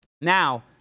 now